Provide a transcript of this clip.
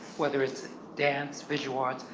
whether it's dance, visual arts,